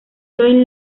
joy